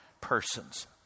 persons